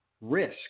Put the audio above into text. risk